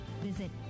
visit